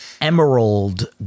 emerald